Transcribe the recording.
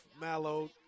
Mallow